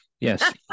Yes